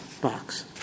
box